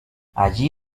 allí